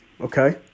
Okay